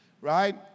right